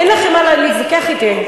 אין לכם מה להתווכח אתי.